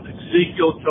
Ezekiel